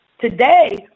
today